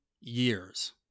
years